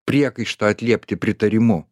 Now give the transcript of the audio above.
priekaištą atliepti pritarimu